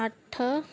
ਅੱਠ